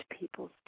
people's